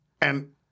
and-